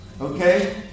Okay